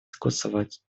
согласовать